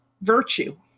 virtue